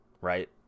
right